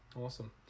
Awesome